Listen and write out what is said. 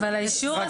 האישור.